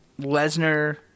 Lesnar